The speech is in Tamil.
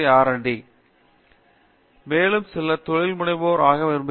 பேராசிரியர் டி ரெங்கநாதன் மேலும் சிலர் தொழில் முனைவோர் ஆக விரும்புகின்றனர்